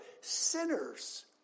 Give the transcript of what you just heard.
sinners